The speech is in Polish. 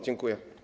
Dziękuję.